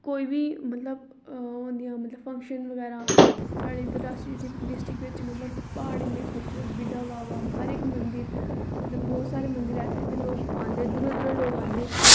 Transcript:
कोई बी मतलब ओह् होंदिया फंक्शन बगैरा साढ़े इद्धर रियासी डिस्ट्रिक्ट बिच मतलब प्हाड़ इन्ने खूबसूरत बाह बाह हर इक मदिंर बहुत सारे मंदिर ऐसे न दूरा दूरा लोग आंदे